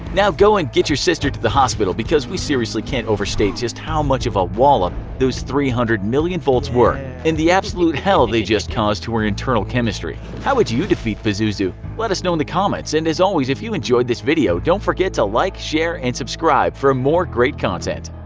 now go and get your sister to the hospital because we seriously can't overstate just how much of a wallop those three hundred million volts were, and the absolute hell they just caused to her internal chemistry. how would you defeat pazuzu? let us know in the comments! and as always if you enjoyed this video don't forget to like, share, and subscribe for more great content!